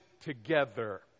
together